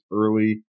early